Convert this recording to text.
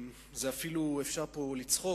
אפשר אפילו פה לצחוק.